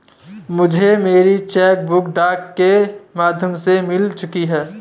मुझे मेरी cheque book डाक के माध्यम से मिल चुकी है